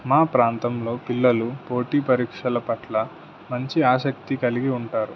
మా ప్రాంతంలో పిల్లలు పోటీ పరీక్షల పట్ల మంచి ఆసక్తి కలిగి ఉంటారు